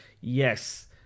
yes